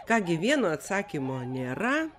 ką gi vieno atsakymo nėra